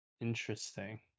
Interesting